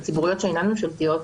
הציבוריות שאינן ממשלתיות,